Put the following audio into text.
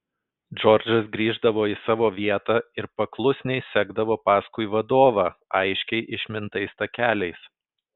džordžas grįždavo į savo vietą ir paklusniai sekdavo paskui vadovą aiškiai išmintais takeliais